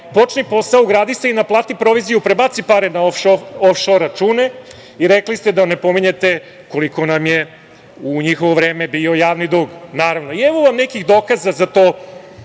počni posao, ugradi se i naplati proviziju, prebaci pare na of-šor račune i rekli ste da ne pominjete koliko nam je u njihovo vreme bio javni dug, naravno.I evo vam nekih dokaza za to